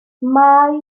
mae